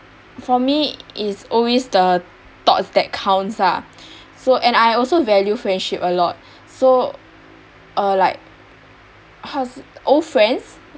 for me is always the thoughts that counts ah so and I also value friendship a lot so uh like how to sa~ old friends